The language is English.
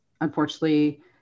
unfortunately